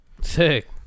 sick